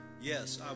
Yes